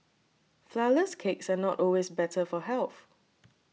Flourless Cakes are not always better for health